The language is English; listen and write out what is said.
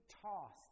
tossed